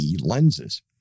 lenses